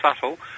subtle